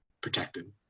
protected